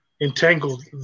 entangled